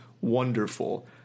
wonderful